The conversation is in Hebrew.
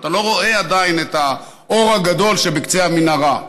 אתה לא רואה עדיין את האור שבקצה המנהרה,